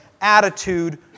attitude